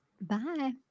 Bye